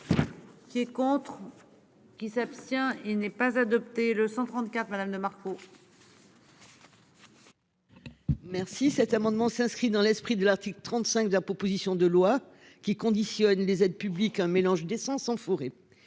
Qui est contre. Qui s'abstient. Il n'est pas adopté le 134 Madame de Marco. Merci. Cet amendement s'inscrit dans l'esprit de l'article 35 de la proposition de loi qui conditionne les aides publiques, un mélange d'essence en forêt.